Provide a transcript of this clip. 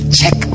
check